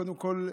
קודם כול,